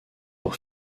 pour